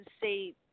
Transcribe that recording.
say